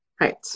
Right